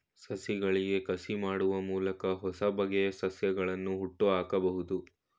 ಸಸಿಗಳಿಗೆ ಕಸಿ ಮಾಡುವ ಮೂಲಕ ಹೊಸಬಗೆಯ ಸಸ್ಯಗಳನ್ನು ಹುಟ್ಟುಹಾಕಬೋದು